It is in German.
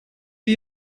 die